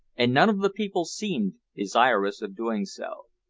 and none of the people seemed desirous of doing so.